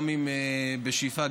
בשאיפה,